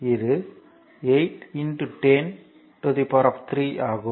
இது 8 103 ஆகும்